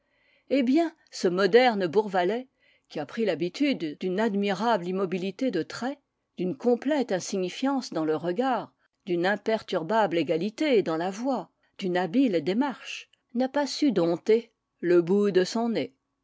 eh bien ce moderne bourvalais qui a pris l'habitude d'une admirable immobilité de traits d'une complète insignifiance dans le regard d'une imperturbable égalité dans la voix d'une habile démarche n'a pas su dompter le bout de son nez